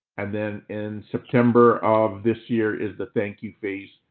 and then in september of this year is the thank you phase.